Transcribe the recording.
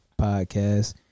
Podcast